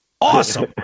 awesome